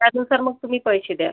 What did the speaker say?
त्यानुसार मग तुम्ही पैसे द्या